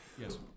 Yes